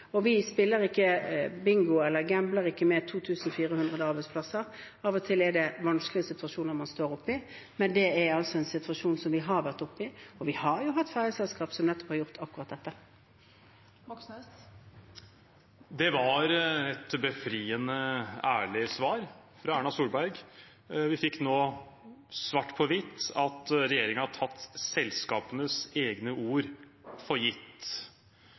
Vi spiller ikke bingo og gambler ikke med 2 400 arbeidsplasser. Av og til er det vanskelige situasjoner man står oppe i, men det er altså en situasjon som vi har vært oppe i, og vi har jo hatt ferjeselskaper som nettopp har gjort akkurat dette. Det var et befriende ærlig svar fra Erna Solberg. Vi fikk nå høre – svart på hvitt – at regjeringen har tatt selskapenes egne ord for gitt.